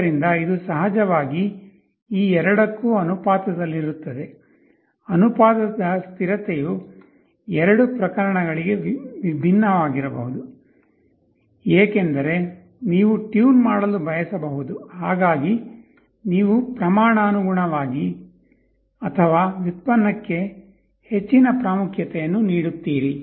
ಆದ್ದರಿಂದ ಇದು ಸಹಜವಾಗಿ ಈ ಎರಡಕ್ಕೂ ಅನುಪಾತದಲ್ಲಿರುತ್ತದೆ ಅನುಪಾತದ ಸ್ಥಿರತೆಯು ಎರಡು ಪ್ರಕರಣಗಳಿಗೆ ಭಿನ್ನವಾಗಿರಬಹುದು ಏಕೆಂದರೆ ನೀವು ಟ್ಯೂನ್ ಮಾಡಲು ಬಯಸಬಹುದು ಹಾಗಾಗಿ ನೀವು ಪ್ರಮಾಣಾನುಗುಣವಾಗಿ ಅಥವಾ ಡಿರೈವೆಟಿವ್ ಗೆ ಹೆಚ್ಚಿನ ಪ್ರಾಮುಖ್ಯತೆಯನ್ನು ನೀಡುತ್ತೀರಿ